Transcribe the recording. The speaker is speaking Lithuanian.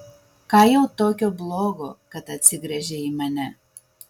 ką jau tokio blogo kad atsigręžei į mane